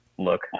look